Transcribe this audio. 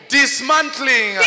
dismantling